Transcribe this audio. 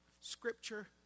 Scripture